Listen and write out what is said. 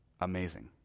amazing